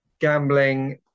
Gambling